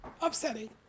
upsetting